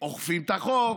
אוכפים את החוק,